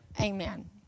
amen